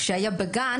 כשהיה בגן,